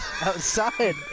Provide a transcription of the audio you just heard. outside